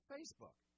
Facebook